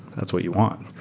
that's what you want.